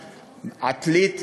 בעתלית,